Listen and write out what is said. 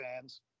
fans